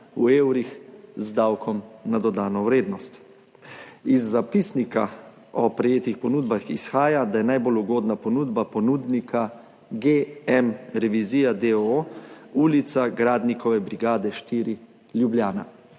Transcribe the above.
v evrih z davkom na dodano vrednost. Iz zapisnika o prejetih ponudbah izhaja, da je najbolj ugodna ponudba ponudnika GM revizija, d. o. o., Ulica Gradnikove brigade 4, Ljubljana.